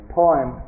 poem